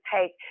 take